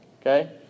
okay